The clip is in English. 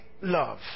love